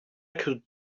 could